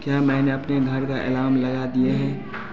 क्या मैंने अपने घर का अलार्म लगा दिया है